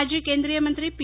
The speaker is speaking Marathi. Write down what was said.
माजी केंद्रीयमंत्री पी